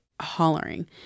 hollering